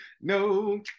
No